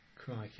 Crikey